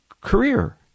career